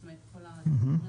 זאת אומרת כל העניין הזה,